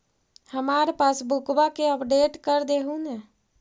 हमार पासबुकवा के अपडेट कर देहु ने?